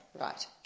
Right